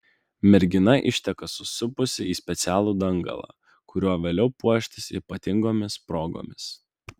mergina išteka susisupusi į specialų dangalą kuriuo vėliau puošis ypatingomis progomis